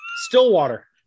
Stillwater